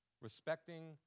Respecting